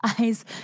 eyes